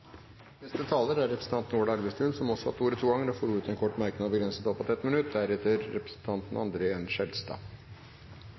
Representanten Ola Elvestuen har hatt ordet to ganger tidligere, og får ordet til en kort merknad, begrenset til 1 minutt.